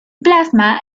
plasma